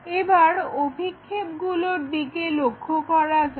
এবার অভিক্ষেপগুলোর দিকে লক্ষ্য করা যাক